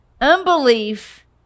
unbelief